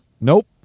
Nope